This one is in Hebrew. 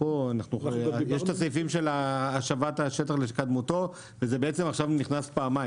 יש את הסעיפים של השבת השטח לקדמותו וזה בעצם עכשיו נכנס פעמיים.